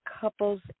couples